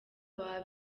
baba